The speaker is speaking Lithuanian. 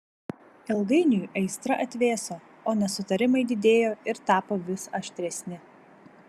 ilgainiui aistra atvėso o nesutarimai didėjo ir tapo vis aštresni